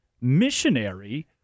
missionary